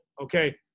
Okay